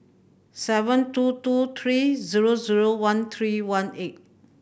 seven two two three zero zero one three one eight